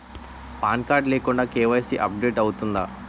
Pan card లేకుండా KYC update అవుతుందా?